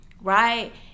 right